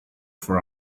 for